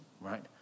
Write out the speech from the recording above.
right